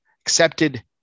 accepted